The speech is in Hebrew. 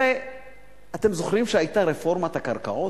אתה זוכר שהיתה רפורמת הקרקעות?